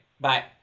bye